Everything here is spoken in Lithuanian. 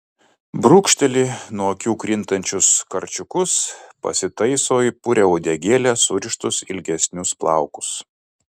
brūkšteli nuo akių krintančius karčiukus pasitaiso į purią uodegėlę surištus ilgesnius plaukus